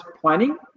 planning